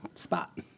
spot